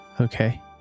Okay